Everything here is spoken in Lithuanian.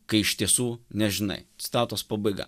kai iš tiesų nežinai citatos pabaiga